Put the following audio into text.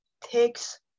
takes